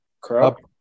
Correct